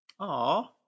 Aww